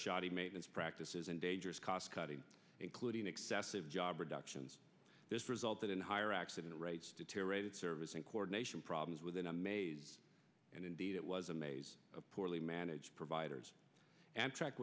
shoddy maintenance practices and dangerous cost cutting including excessive job productions this resulted in higher accident rates deteriorated service and coordination problems within a maze and indeed it was a maze of poorly managed providers a